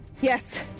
Yes